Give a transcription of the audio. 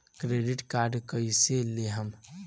Credit card कईसे लेहम?